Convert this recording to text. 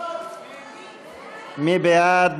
מי בעד?